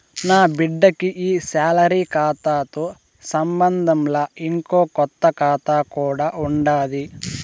నాబిడ్డకి ఈ సాలరీ కాతాతో సంబంధంలా, ఇంకో కొత్త కాతా కూడా ఉండాది